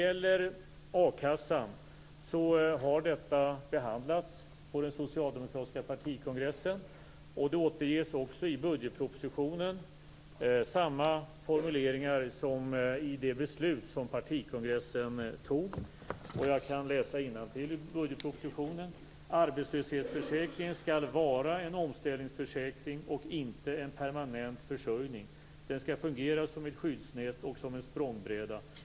A-kassan har behandlats på den socialdemokratiska partikongressen. I budgetpropositionen återges samma formuleringar som i det beslut som partikongressen fattade. Jag kan läsa innantill ur budgetpropositionen: Arbetslöshetsförsäkringen skall vara en omställningsförsäkring och inte en permanent försörjning. Den skall fungera som ett skyddsnät och som en språngbräda.